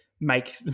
make